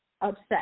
upset